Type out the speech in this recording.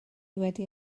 wedi